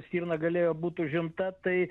stirna galėjo būt užimta tai